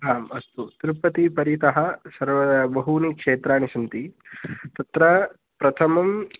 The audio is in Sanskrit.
आम् अस्तु तिरुपतिं परितः सर्व बहूनि क्षेत्राणि सन्ति तत्र प्रथमम्